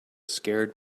scared